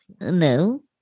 No